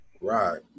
Right